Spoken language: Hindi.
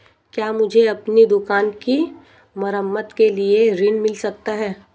क्या मुझे अपनी दुकान की मरम्मत के लिए ऋण मिल सकता है?